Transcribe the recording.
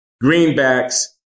greenbacks